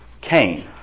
Cain